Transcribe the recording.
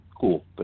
Cool